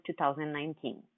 2019